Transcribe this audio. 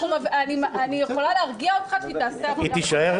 אני יכולה להרגיע אותך שהיא תעשה עבודה מעולה.